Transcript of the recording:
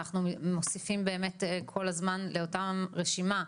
אנחנו מוסיפים כל הזמן לאותה רשימה,